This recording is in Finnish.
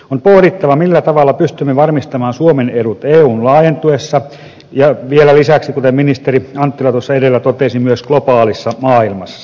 on pohdittava millä tavalla pystymme varmistamaan suomen edut eun laajentuessa ja vielä lisäksi kuten ministeri anttila edellä totesi myös globaalissa maailmassa